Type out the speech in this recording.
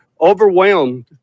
overwhelmed